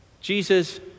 Jesus